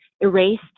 erased